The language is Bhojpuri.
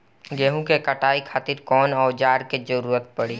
गेहूं के कटाई खातिर कौन औजार के जरूरत परी?